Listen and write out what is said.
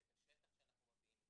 את השטח שאנחנו מביאים,